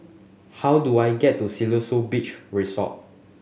how do I get to Siloso Beach Resort